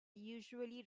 usually